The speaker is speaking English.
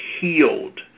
healed